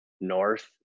north